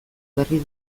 berri